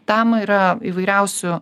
tam yra įvairiausių